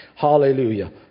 Hallelujah